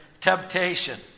temptation